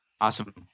Awesome